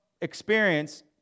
experience